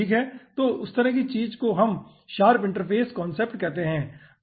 तो उस तरह की चीज को हम शार्प इंटरफेस कांसेप्ट कहते है